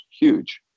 Huge